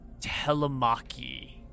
Telemachy